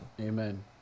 Amen